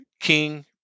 king